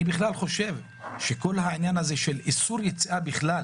אני חושב שכל העניין הזה של איסור יציאה בכלל